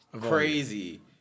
Crazy